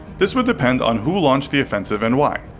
this would depend on who launched the offensive and why.